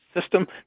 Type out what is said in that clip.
system